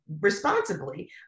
responsibly